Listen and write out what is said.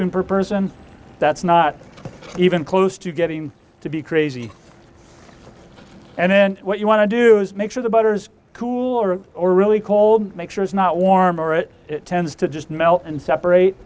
been per person that's not even close to getting to be crazy and then what you want to do is make sure the butter's cooler or really cold make sure it's not warm or it tends to just melt and separate